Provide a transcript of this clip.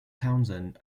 townsend